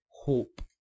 hope